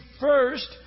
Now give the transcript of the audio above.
first